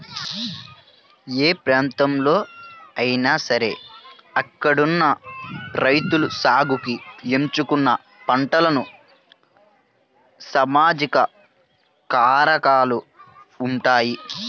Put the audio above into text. ఏ ప్రాంతంలో అయినా సరే అక్కడున్న రైతులు సాగుకి ఎంచుకున్న పంటలకు సామాజిక కారకాలు ఉంటాయి